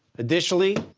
additionally,